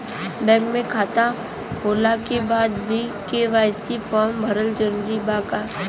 Bank में खाता होला के बाद भी के.वाइ.सी फार्म भरल जरूरी बा का?